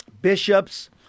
bishops